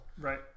Right